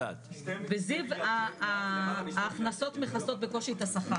בזיו ההכנסות מכסות בקושי את השכר.